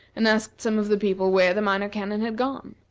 and asked some of the people where the minor canon had gone.